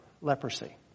leprosy